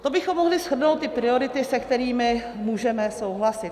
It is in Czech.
To bychom mohli shrnout ty priority, se kterými můžeme souhlasit.